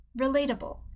relatable